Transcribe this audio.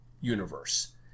universe